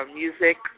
music